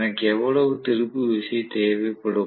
எனக்கு எவ்வளவு திருப்பு விசை தேவைப்படும்